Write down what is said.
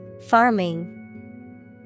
Farming